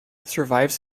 survives